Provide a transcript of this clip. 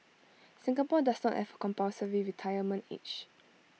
Singapore does not A compulsory retirement age